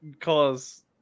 cause